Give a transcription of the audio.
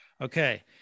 Okay